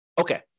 Okay